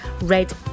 Red